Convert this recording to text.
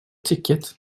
ticket